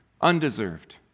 undeserved